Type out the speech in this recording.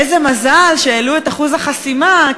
איזה מזל שהעלו את אחוז החסימה,